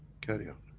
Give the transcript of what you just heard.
carry on.